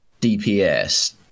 DPS